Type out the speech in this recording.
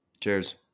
Cheers